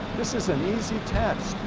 this is an easy test.